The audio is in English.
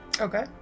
Okay